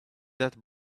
that